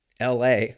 LA